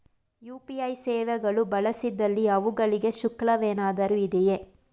UPI ಸೇವೆಗಳು ಬಳಸಿದಲ್ಲಿ ಅವುಗಳಿಗೆ ಶುಲ್ಕವೇನಾದರೂ ಇದೆಯೇ?